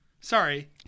sorry